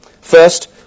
First